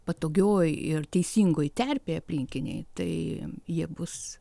patogioj ir teisingoj terpėj aplinkinėj tai jie bus